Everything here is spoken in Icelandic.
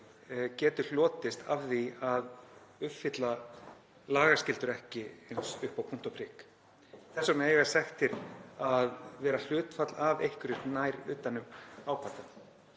getur hlotist af því að uppfylla lagaskyldur ekki upp á punkt og prik. Þess vegna eiga sektir að vera hlutfall af einhverju sem nær utan um ábatann.